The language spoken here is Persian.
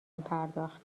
پرداخت